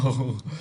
ברור.